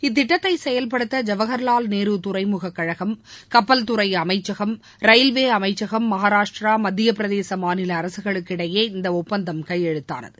இத்திட்டத்தை செயல்படுத்த ஜவஹர்லால் நேரு துறைமுக கழகம் கப்பல்துறை அமைச்சகம் ரயில்வே அமைச்சகம் மகாராஷ்டுரா மத்தியப்பிரதேச மாநில அரசுகளுக்கிடையே இந்த ஒப்பந்தம் கையெழுத்தானது